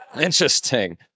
Interesting